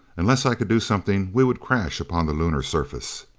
unless i could do something, we would crash upon the lunar surface.